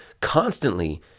constantly